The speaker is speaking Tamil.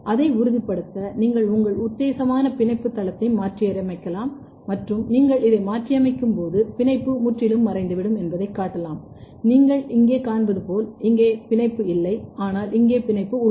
அதை உறுதிப்படுத்த நீங்கள் உங்கள் உத்தேசமான பிணைப்பு தளத்தை மாற்றியமைக்கலாம் மற்றும் நீங்கள் இதை மாற்றியமைக்கும்போது பிணைப்பு முற்றிலும் மறைந்துவிடும் என்பதைக் காட்டலாம் நீங்கள் இங்கே காண்பது போல் இங்கே பிணைப்பு இல்லை ஆனால் இங்கே பிணைப்பு உள்ளது